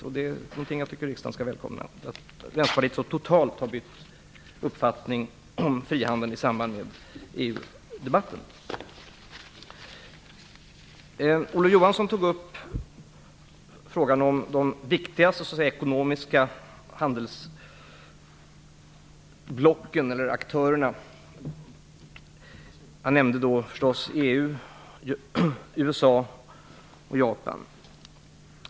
Jag tycker att riksdagen skall välkomna att Vänsterpartiet i samband med EU-debatten så totalt har bytt uppfattning i fråga om frihandel. Olof Johansson tog upp frågan om de viktigaste ekonomiska aktörerna. Han nämnde då förstås EU, USA och Japan.